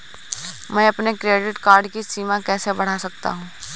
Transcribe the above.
मैं अपने credit card की सीमा कैसे बढ़ा सकता हूँ?